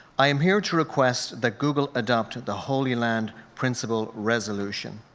i am here to request that google adopt the holy land principle resolution.